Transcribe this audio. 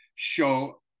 show